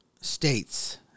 states